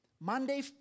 Monday